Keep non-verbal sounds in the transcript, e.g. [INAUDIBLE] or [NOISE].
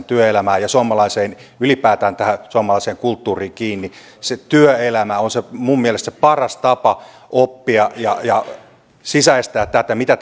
[UNINTELLIGIBLE] työelämään ja ylipäätään tähän suomalaiseen kulttuuriin kiinni se työelämä on minun mielestäni se paras tapa oppia ja ja sisäistää tätä mitä [UNINTELLIGIBLE]